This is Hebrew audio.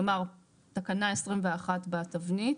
כלומר תקנה 21 בתבנית.